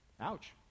Ouch